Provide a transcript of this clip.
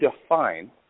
define